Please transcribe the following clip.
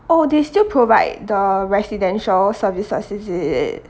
oh they still provide the residential services is it